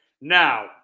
Now